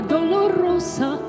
Dolorosa